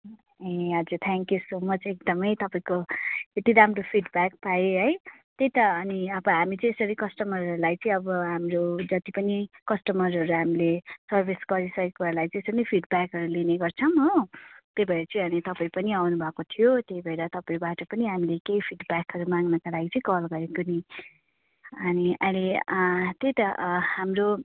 ए हजुर thank you so much एकदमै तपाईँको यति राम्रो फिडब्याक पाएँ है त्यही त अनि अब हामी चाहिँ यसरी कस्टमरहरूलाई चाहिँ अब हाम्रो जति पनि कस्टमरहरूलाई हामीले सर्भिस गरिसकेकोहरूलाई त्यसरी नै फिडब्याकहरू लिने गर्छौँ हो त्यही भएर चाहिँ अनि तपाईँ पनि आउनुभएको थियो त्यही भएर तपाईँबाट पनि हामीले केही फिडब्याकहरू माग्नका लागि चाहिँ कल गरेको नि अनि अहिले त्यही त हाम्रो